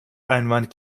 einwand